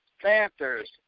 Panthers